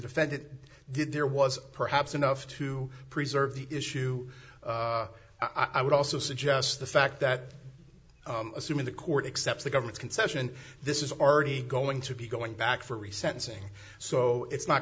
defendant did there was perhaps enough to preserve the issue i would also suggest the fact that assuming the court accept the government's concession this is already going to be going back for re sentencing so it's not